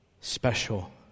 special